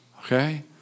okay